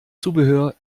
zubehör